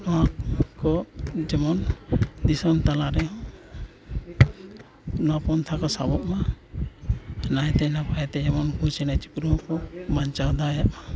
ᱱᱚᱣᱟ ᱠᱚ ᱡᱮᱢᱚᱱ ᱫᱤᱥᱚᱢ ᱛᱟᱞᱟ ᱨᱮ ᱚᱱᱟ ᱯᱚᱱᱛᱷᱟ ᱠᱚ ᱥᱟᱵᱚᱜᱢᱟ ᱱᱟᱭᱛᱮ ᱱᱟᱯᱟᱭᱛᱮ ᱡᱮᱢᱚᱱ ᱩᱱᱠᱩ ᱪᱮᱬᱮ ᱪᱤᱨᱩᱫ ᱵᱟᱧᱪᱟᱣ ᱫᱟᱲᱮᱭᱟᱜᱼᱢᱟ